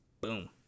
Boom